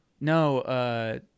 No